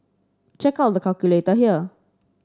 check out the calculator here